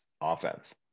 offense